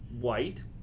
white